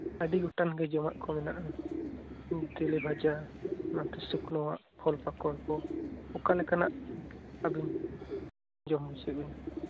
ᱟᱹᱰᱤ ᱜᱚᱴᱟᱱ ᱜᱮ ᱡᱚᱢᱟᱜ ᱠᱚ ᱢᱮᱱᱟᱜᱼᱟ ᱛᱮᱞᱮ ᱵᱷᱟᱡᱟ ᱱᱟᱛᱮ ᱥᱩᱠᱱᱳᱣᱟᱜ ᱯᱷᱚᱞᱼᱯᱟᱠᱚᱲ ᱠᱚ ᱚᱠᱟᱞᱮᱠᱟᱱᱟᱜ ᱟᱹᱵᱤᱱ ᱡᱚᱢ ᱵᱩᱡᱷᱟᱹᱣᱮᱫ ᱢᱮᱭᱟ